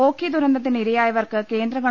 ഓഖി ദുരന്തത്തിന് ഇരയാ യവർക്ക് കേന്ദ്ര ഗവ